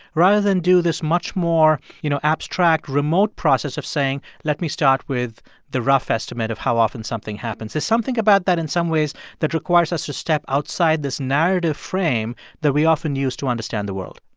rather than do this much more, you know, abstract remote process of saying, let me start with the rough estimate of how often something happens. there's something about that in some ways, that requires us to step outside this narrative frame that we often use to understand the world